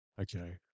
okay